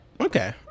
Okay